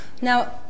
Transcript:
Now